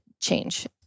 change